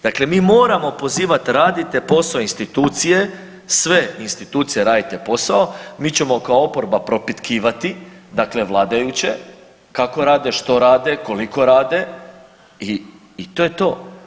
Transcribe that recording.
Dakle, mi moramo pozivat radite posao institucije sve institucije radite posao, mi ćemo kao oporba propitkivati vladajuće kako rade, što rade, koliko rade i to je to.